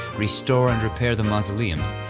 restore and repair the mausoleums,